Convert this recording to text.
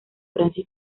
francia